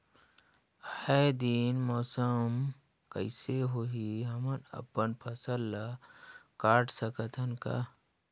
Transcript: आय दिन मौसम कइसे होही, हमन अपन फसल ल काट सकत हन का?